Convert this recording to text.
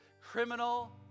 criminal